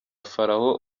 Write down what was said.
farawo